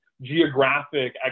geographic